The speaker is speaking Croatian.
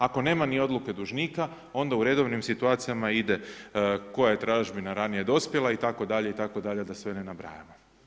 Ako nema ni odluke dužnika, onda u redovnim situacijama ide koja je tražbina ranije dospjela itd., itd. da sve ne nabrajamo.